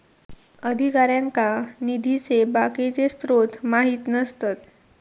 अधिकाऱ्यांका निधीचे बाकीचे स्त्रोत माहित नसतत